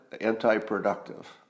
anti-productive